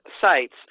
sites